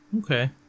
Okay